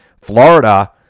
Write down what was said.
Florida